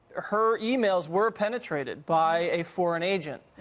her emails were penetrated by a foreign agent.